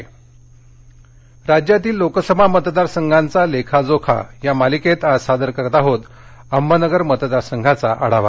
intro Ahmednagar राज्यातील लोकसभा मतदारसंघांचा लेखाजोखा या मालिकेत आज सादर करत आहोत अहमदनगर मतदारसंघांचा आढावा